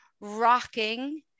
rocking